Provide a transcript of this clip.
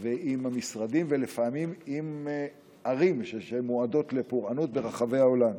ועם המשרדים ולפעמים עם ערים מועדות לפורענות ברחבי העולם.